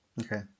okay